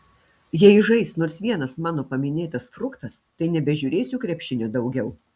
jei žais nors vienas mano paminėtas fruktas tai nebežiūrėsiu krepšinio daugiau